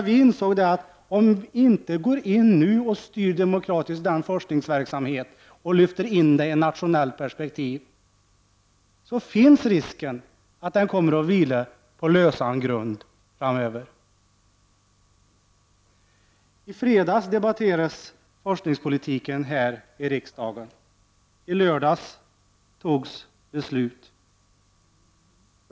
Vi insåg att om vi inte går in nu och demokratiskt styr forskningsverksamheten och lyfter in den i ett nationellt perspektiv, finns risk för att den kommer att vila på lösan grund framöver. I fredags debatterades forskningspolitiken här i riksdagen. I lördags fattades beslut.